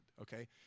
okay